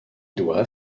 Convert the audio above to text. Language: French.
doivent